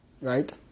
Right